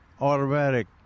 automatic